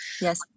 Yes